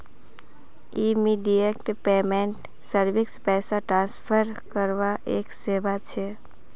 immediate payment service पैसा transfer करवार एक सेवा छ